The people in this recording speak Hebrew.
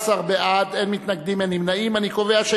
נא להצביע.